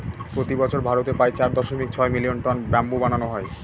প্রতি বছর ভারতে প্রায় চার দশমিক ছয় মিলিয়ন টন ব্যাম্বু বানানো হয়